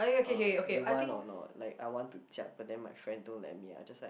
uh you want or not like I want to jiak but then my friend don't let me I just like